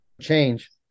change